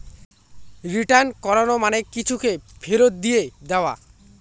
return করানো মানে কিছুকে ফেরত দিয়ে দেওয়া